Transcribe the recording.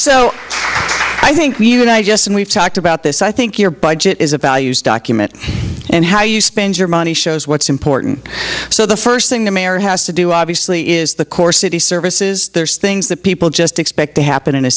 so i think we would i just and we've talked about this i think your budget is a values document and how you spend your money shows what's important so the first thing the mayor has to do obviously is the core city services there's things that people just expect to happen in a